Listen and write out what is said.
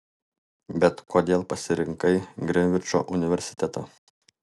bet kodėl pasirinkai grinvičo universitetą